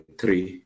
three